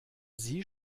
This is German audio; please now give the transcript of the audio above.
sie